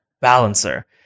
balancer